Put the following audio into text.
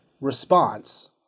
response